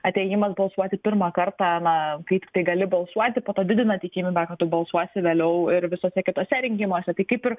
atėjimas balsuoti pirmą kartą na kaip tai gali balsuoti po to didina tikimybę kad tu balsuosi vėliau ir visuose kituose rinkimuose tai kaip ir